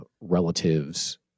relatives